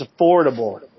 affordable